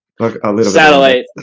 satellite